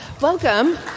Welcome